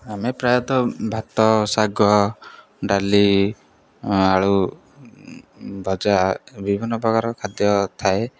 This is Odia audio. ଆମେ ପ୍ରାୟତଃ ଭାତ ଶାଗ ଡାଲି ଆଳୁ ଭଜା ବିଭିନ୍ନ ପ୍ରକାର ଖାଦ୍ୟ ଥାଏ